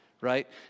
right